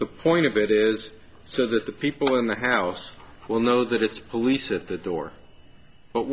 the point of it is so that the people in the house will know that it's police at the door but